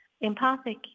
Empathic